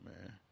man